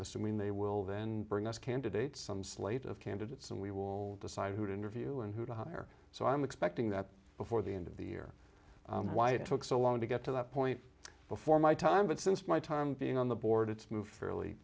assuming they will then bring us candidates some slate of candidates and we will decide who to interview and who to hire so i'm expecting that before the end of the year why it took so long to get to that point before my time but since my time being on the board it's moved fairly